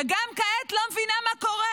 וגם כעת לא מבינה מה קורה.